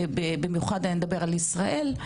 במיוחד אני מדברת על ישראל,